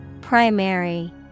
Primary